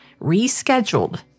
rescheduled